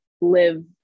live